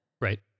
Right